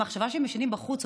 המחשבה שהם ישנים בחוץ,